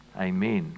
Amen